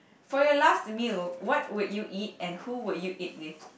for your last meal what would you eat and who would you eat with